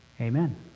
Amen